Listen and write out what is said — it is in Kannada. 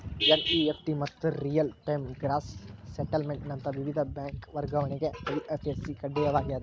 ಎನ್.ಇ.ಎಫ್.ಟಿ ಮತ್ತ ರಿಯಲ್ ಟೈಮ್ ಗ್ರಾಸ್ ಸೆಟಲ್ಮೆಂಟ್ ನಂತ ವಿವಿಧ ಬ್ಯಾಂಕ್ ವರ್ಗಾವಣೆಗೆ ಐ.ಎಫ್.ಎಸ್.ಸಿ ಕಡ್ಡಾಯವಾಗ್ಯದ